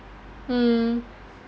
mm